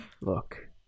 Look